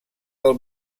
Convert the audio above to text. del